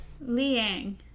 Liang